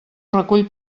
recull